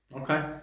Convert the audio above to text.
Okay